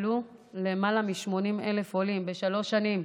עלו למעלה מ-80,000 עולים בשלוש שנים.